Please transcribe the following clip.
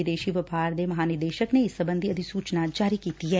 ਵਿਦੇਸ਼ੀ ਵਪਾਰ ਦੇ ਮਹਾਂ ਨਿਦੇਸ਼ਕ ਨੇ ਇਸ ਸਬੰਧੀ ਅਧੀਸੁਚਨਾ ਜਾਰੀ ਕੀਤੀ ਐ